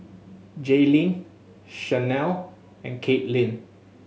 Jayleen Chanelle and Katelynn